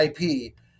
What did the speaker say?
ip